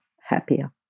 happier